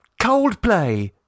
Coldplay